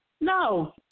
No